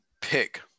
pick